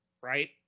right